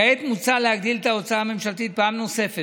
כעת מוצע להגדיל את ההוצאה הממשלתית פעם נוספת